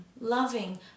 loving